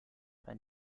and